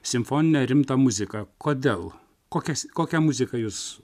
simfoninę rimtą muziką kodėl kokias kokią muzika jus